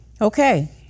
Okay